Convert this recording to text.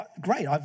great